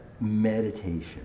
meditation